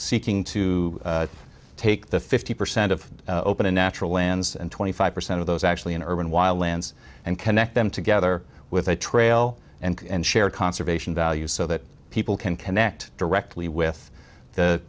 seeking to take the fifty percent of open and natural lands and twenty five percent of those actually in urban wild lands and connect them together with a trail and share conservation value so that people can connect directly with the